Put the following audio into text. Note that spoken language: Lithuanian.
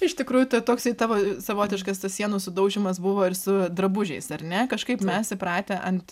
iš tikrųjų tai toksai tavo savotiškas tas sienų sudaužymas buvo ir su drabužiais ar ne kažkaip mes įpratę ant